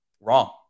wrong